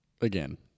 Again